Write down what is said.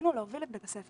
רצינו להוביל את בית הספר